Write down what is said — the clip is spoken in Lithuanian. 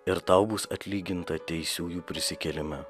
ir tau bus atlyginta teisiųjų prisikėlime